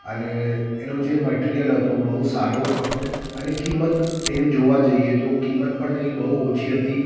અને એનો જે મિટરિયલ હતો બહુ સારો હતો અને કિંમત એની જોવા જઈએ તો કિંમત પણ તેની બહુ ઓછી હતી